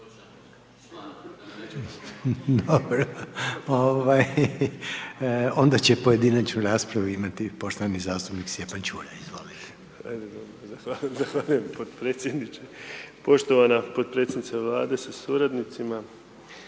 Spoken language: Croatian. ovaj, onda će pojedinačnu raspravu imati poštovani zastupnik Stjepan Ćuraj, izvolite. **Čuraj, Stjepan (HNS)** Zahvaljujem podpredsjedniče, poštovana podpredsjednica Vlade sa suradnicima,